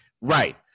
Right